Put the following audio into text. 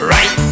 Right